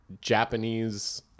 Japanese